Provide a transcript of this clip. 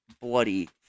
Bloody